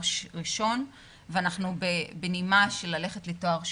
ראשון ואנחנו בנימה של ללכת לתואר שני.